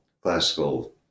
classical